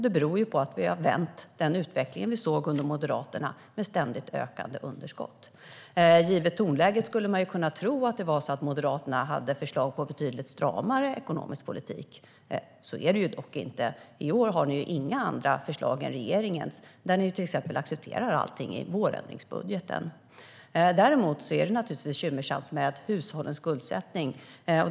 Det beror på att vi har vänt den utveckling vi såg under Moderaterna, med ständigt ökande underskott. Givet tonläget skulle man kunna tro att Moderaterna hade förslag på betydligt stramare ekonomisk politik. Så är det dock inte. I år har ni inga andra förslag än regeringens. Exempelvis accepterar ni allt i vårändringsbudgeten. Däremot är det naturligtvis bekymmersamt med hushållens skuldsättning.